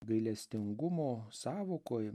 gailestingumo sąvokoj